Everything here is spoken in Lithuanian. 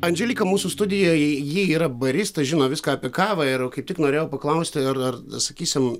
andželika mūsų studijoje ji yra barista žino viską apie kavą ir kaip tik norėjau paklausti ar ar sakysim